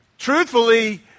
Truthfully